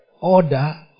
order